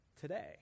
today